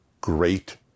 Great